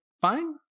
fine